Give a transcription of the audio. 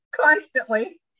constantly